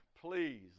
Please